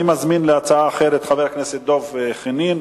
אני מזמין להצעה אחרת את חבר הכנסת דב חנין.